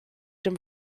dem